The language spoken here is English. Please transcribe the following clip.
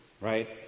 right